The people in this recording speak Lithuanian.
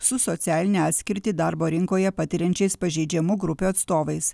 su socialinę atskirtį darbo rinkoje patiriančiais pažeidžiamų grupių atstovais